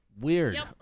Weird